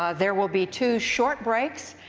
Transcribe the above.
ah there will be two short breaks,